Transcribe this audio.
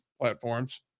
platforms